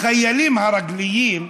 החיילים הרגליים,